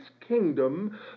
kingdom